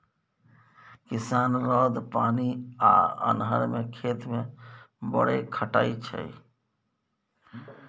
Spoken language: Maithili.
किसान रौद, पानि आ अन्हर मे खेत मे बड़ खटय छै